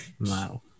Wow